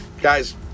Guys